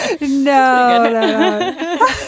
No